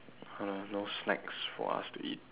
!huh! no snacks for us to eat